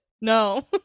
No